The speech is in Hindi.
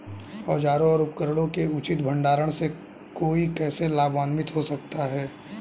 औजारों और उपकरणों के उचित भंडारण से कोई कैसे लाभान्वित हो सकता है?